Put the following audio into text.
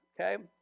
okay